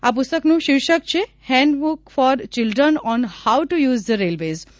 આ પુસ્તકનું શિર્ષક છે hand book for children on how to use the railways